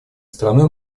страной